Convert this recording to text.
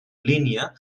línia